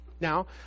Now